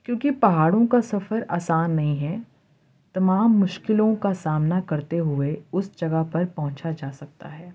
کیونکہ پہاڑوں کا سفر آسان نہیں ہے تمام مشکلوں کا سامنا کرتے ہوئے اس جگہ پر پہنچا جا سکتا ہے